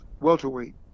welterweight